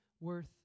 worth